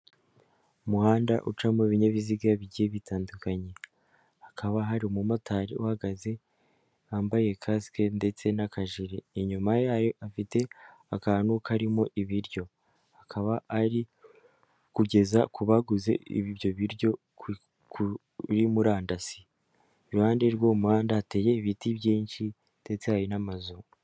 Umuhanda ucamo ibinyabiziga bigiye bitandukanye, hakaba hari umumotari, uhagaze wambaye kasike ndetse n'akajire inyuma yayo afite akantu karimo ibiryo akaba ari kugeza ku baguze ibyo biryo kuri murandasi, iruhande rw'umuhanda hateye ibiti byinshi ndetse hari n'amazu.